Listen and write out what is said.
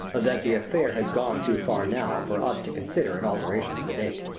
that the affair has gone too far now for us to consider an alteration in the date.